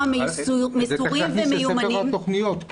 מסורים ומיומנים --- זה --- של ספר התכניות.